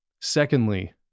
Secondly